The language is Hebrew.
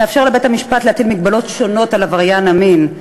מאפשר לבית-המשפט להטיל מגבלות שונות על עבריין מין,